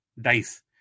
dice